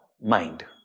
mind